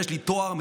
יש לי תואר מסודר.